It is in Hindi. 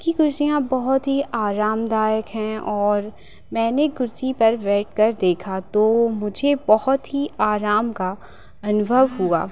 उसकी कुर्सियाँ बहुत ही आरामदायक हैं और मैंने कुर्सी पर बैठ कर देखा तो मुझे बहुत ही आराम का अनुभव हुआ